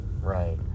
right